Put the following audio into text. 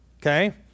Okay